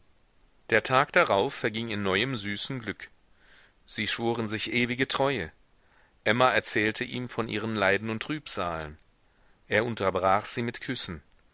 der tag darauf verging in neuem süßen glück sie schworen sich ewige treue emma erzählte ihm von ihren leiden und trübsalen er unterbrach sie mit küssen